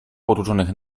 potłuczonych